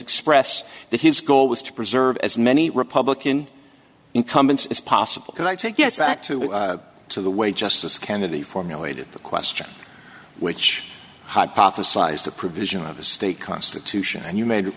express that his goal was to preserve as many republican incumbents as possible could i take us back to the way justice kennedy formulated the question which hypothesised the provision of the state constitution and you made